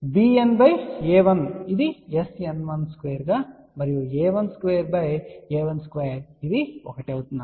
ఇక్కడ ఇది bN a1 ఇది SN1 స్క్వేర్గా మరియు a1 స్క్వేర్ a1 స్క్వేర్ అది 1 అవుతుంది